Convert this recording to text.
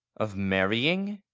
of marrying?